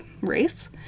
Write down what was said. race